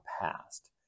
past